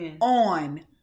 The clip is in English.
on